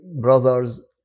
brothers